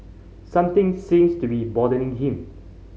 something seems to be bothering him